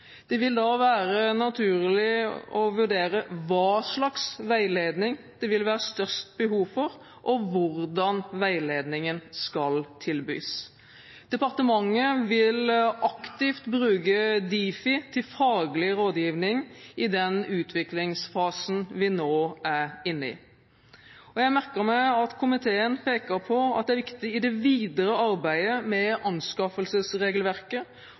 Det vil da være naturlig å vurdere hva slags veiledning det vil være størst behov for, og hvordan veiledningen skal tilbys. Departementet vil aktivt bruke Difi til faglig rådgivning i den utviklingsfasen vi nå er inne i. Jeg merker meg at komiteen peker på at det er viktig i det videre arbeidet med anskaffelsesregelverket